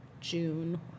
june